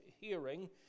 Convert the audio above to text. hearing